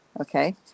okay